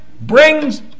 brings